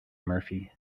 murphy